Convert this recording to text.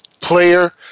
player